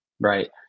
right